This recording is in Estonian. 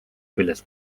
küljest